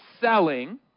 selling